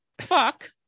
fuck